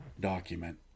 document